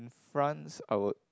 France I would